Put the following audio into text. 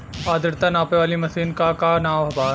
आद्रता नापे वाली मशीन क का नाव बा?